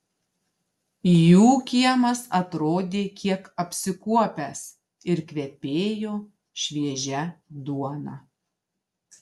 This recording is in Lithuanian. jų kiemas atrodė kiek apsikuopęs ir kvepėjo šviežia duona